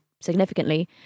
significantly